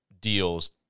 deals